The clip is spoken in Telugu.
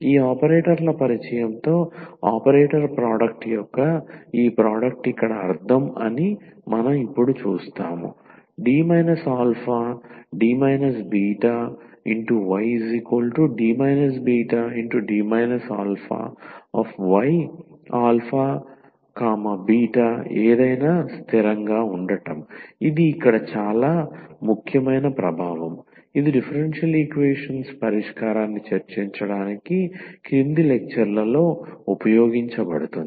ఈ ఆపరేటర్ల పరిచయంతో ఆపరేటర్ ప్రోడక్ట్ యొక్క ఈ ప్రోడక్ట్ ఇక్కడ అర్థం అని మనం ఇప్పుడు చూస్తాము D αD βyD βD αy αβ ఏదైనా స్థిరంగా ఉండటం ఇది ఇక్కడ చాలా ముఖ్యమైన ప్రభావం ఇది డిఫరెన్షియల్ ఈక్వేషన్స్ పరిష్కారాన్ని చర్చించడానికి క్రింది లెక్చర్ లలో ఉపయోగించబడుతుంది